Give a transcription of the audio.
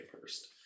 first